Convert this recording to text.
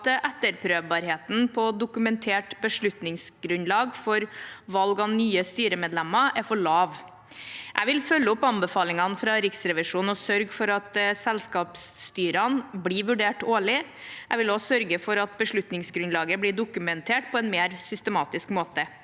etterprøvbarheten på dokumentert beslutningsgrunnlag for valg av nye styremedlemmer er for lav. Jeg vil følge opp anbefalingene fra Riksrevisjonen og sørge for at selskapsstyrene blir vurdert årlig. Jeg vil også sørge for at beslutningsgrunnlaget blir dokumentert på en mer systematisk måte.